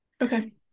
okay